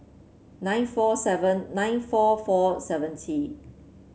nine four seven nine four four seventy